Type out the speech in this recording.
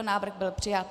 Návrh byl přijat.